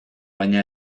baina